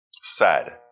Sad